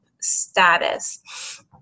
status